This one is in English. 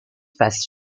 fast